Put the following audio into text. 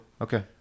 Okay